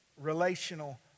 relational